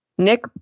Nick